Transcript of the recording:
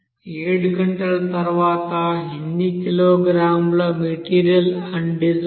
7 గంటల తర్వాత ఎన్ని కిలోగ్రాముల మెటీరియల్ అన్ డిజాల్వ్డ్